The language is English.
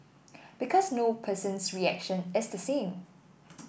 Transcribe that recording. because no person's reaction is the same